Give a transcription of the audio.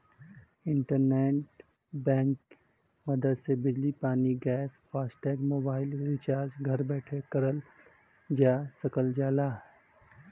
internet bank क मदद से बिजली पानी गैस फास्टैग मोबाइल रिचार्ज घर बैठे करल जा सकल जाला